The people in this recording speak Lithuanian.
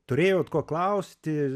turėjot ko klausti